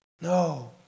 no